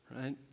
right